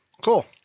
Cool